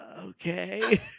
Okay